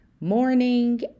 morning